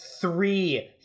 Three